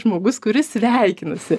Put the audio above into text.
žmogus kuris sveikinasi